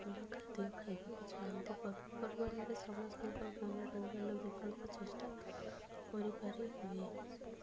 ଭଲ ଖାଦ୍ୟ ଖାଇବାକୁ ଚାହାଁନ୍ତି ପର୍ବପର୍ବାଣିରେ ସମସ୍ତଙ୍କର ମନୋରଞ୍ଜନ ବିକଳ୍ପ ଚେଷ୍ଟା କରିପାରି ହୁଏ